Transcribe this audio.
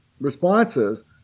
responses